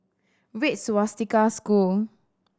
Red Swastika School